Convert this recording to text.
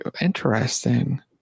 Interesting